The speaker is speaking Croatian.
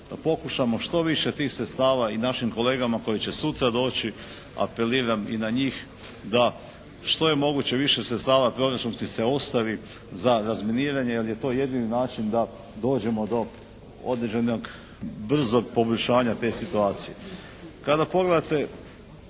da pokušamo što više tih sredstava i našim kolegama koji će sutra doći, apeliram i na njih, da što je moguće više sredstava proračunskih se ostavi za razminiranje, jer je to jedini način da dođemo do određenog brzog poboljšanja te situacije. Kada pogledate